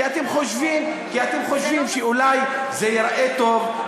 כי אתם חושבים שאולי זה ייראה טוב,